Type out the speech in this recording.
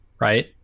right